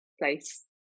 place